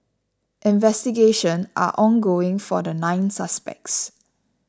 investigation are ongoing for the nine suspects